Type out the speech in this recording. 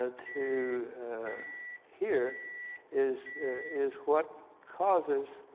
ah to here is is what causes